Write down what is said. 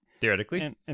Theoretically